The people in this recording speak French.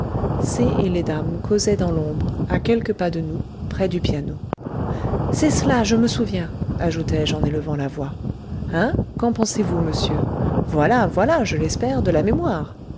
c et les dames causaient dans l'ombre à quelques pas de nous près du piano c'est cela je me souviens ajoutai-je en élevant la voix hein qu'en pensez-vous monsieur voilà voilà je l'espère de la mémoire